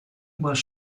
was